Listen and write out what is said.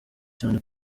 cyane